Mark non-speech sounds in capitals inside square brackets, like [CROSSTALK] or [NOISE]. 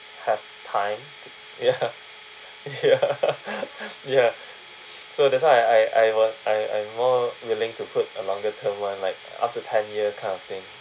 have time ya [LAUGHS] ya ya so that's why I I I were I I'm more willing to put a longer term one like up to ten years kind of thing